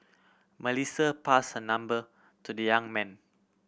Melissa pass her number to the young man